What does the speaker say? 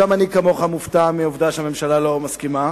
גם אני כמוך מופתע מהעובדה שהממשלה לא מסכימה.